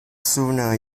sooner